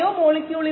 1S mM 1 0